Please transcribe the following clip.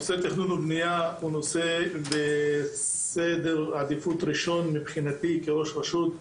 נושא תכנון ובנייה הוא נושא בסדר עדיפות ראשון מבחינתי כראש רשות,